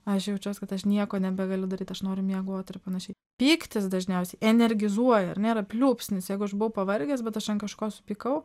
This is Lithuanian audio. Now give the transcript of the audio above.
aš jaučiuos kad aš nieko nebegaliu daryt aš noriu miegot ir panašiai pyktis dažniausiai energizuoja ar ne yra pliūpsnis jeigu aš buvau pavargęs bet aš ant kažko supykau